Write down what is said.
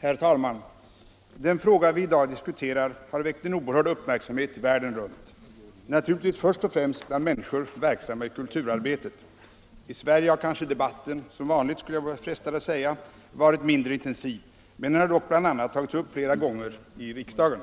Herr talman! Den fråga vi i dag diskuterar har väckt en oerhörd uppmärksamhet världen runt, naturligtvis först och främst bland människor som är verksamma i kulturarbetet. I Sverige har kanske debatten - som vanligt, skulle jag vara frestad att säga — varit mindre intensiv, men den har dock bl.a. tagits upp flera gånger i riksdagen.